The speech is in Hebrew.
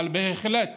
אבל בהחלט